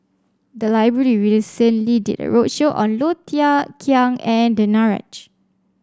the library recently did a roadshow on Low Thia Khiang and Danaraj